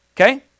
Okay